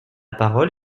parole